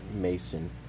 Mason